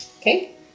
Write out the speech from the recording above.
Okay